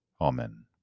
Amen